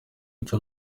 icyo